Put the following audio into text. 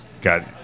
got